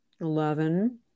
eleven